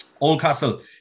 Oldcastle